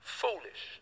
foolish